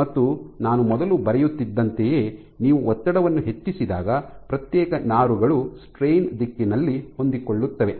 ಮತ್ತು ನಾನು ಮೊದಲು ಬರೆಯುತ್ತಿದ್ದಂತೆಯೇ ನೀವು ಒತ್ತಡವನ್ನು ಹೆಚ್ಚಿಸಿದಾಗ ಪ್ರತ್ಯೇಕ ನಾರುಗಳು ಸ್ಟ್ರೈನ್ ದಿಕ್ಕಿನಲ್ಲಿ ಹೊಂದಿಕೊಳ್ಳುತ್ತವೆ